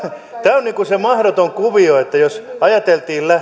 on niin kuin se mahdoton kuvio jos ajateltiin